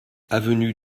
avenue